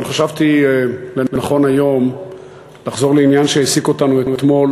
אבל חשבתי לנכון היום לחזור לעניין שהעסיק אותנו אתמול